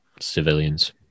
civilians